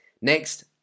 Next